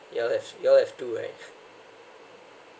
you all have you all have to right